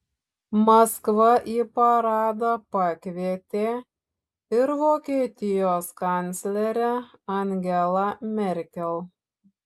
maskva į paradą pakvietė ir vokietijos kanclerę angelą merkel